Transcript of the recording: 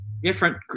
different